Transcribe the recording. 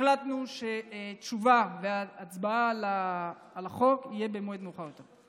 החלטנו שתשובה והצבעה על החוק יהיו במועד מאוחר יותר.